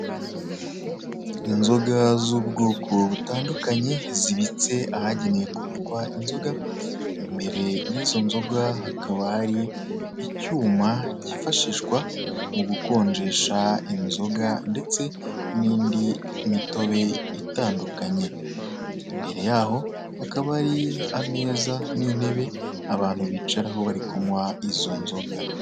Inzoga z'ubwoko butandukanye zibitse ahagenewe kubikwa inzoga, imbere y'izo nzoga hakaba hari icyuma cyifashishwa mu gukonjesha inzoga ndetse n'indi mitobe itandukanye; imbere yaho hakaba hari ameza n'intebe abantu bicaraho bari kunywa izo nzoga.